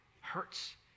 hurts